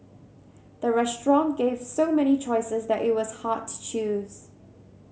the restaurant gave so many choices that it was hard to choose